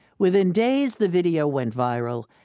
within days, the video went viral.